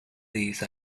these